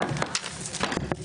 הישיבה ננעלה בשעה 12:55.